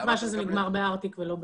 בתקווה שזה נגמר בארטיק ולא בבירה.